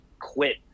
quit